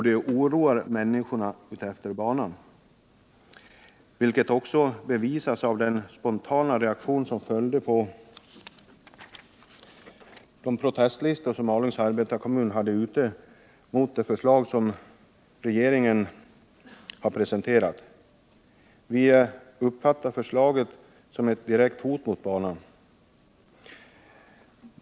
Detta oroar människorna utefter banan, vilket också bevisas av den spontana reaktion som följde på de protestlistor som Malungs arbetarekommun hade ute mot det förslag som regeringen hade presenterat. Vi uppfattade förslaget som ett direkt hot mot banan.